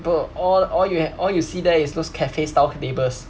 bro all all you hav~ all you see there is those cafe style tables